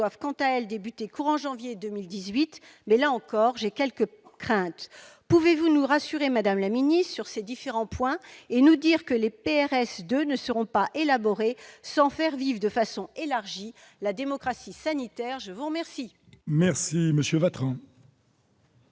quant à elles débuter courant janvier 2018 ; mais là encore, j'ai quelques craintes. Pouvez-vous nous rassurer, madame la ministre, sur ces différents points, et nous dire que les PRS2 ne seront pas élaborés sans faire vivre de façon élargie la démocratie sanitaire ? La parole